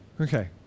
Okay